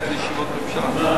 ללכת לישיבת ממשלה.